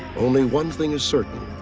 only one thing is certain.